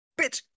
bitch